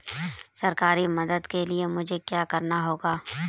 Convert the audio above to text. सरकारी मदद के लिए मुझे क्या करना होगा?